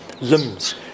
limbs